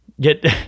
get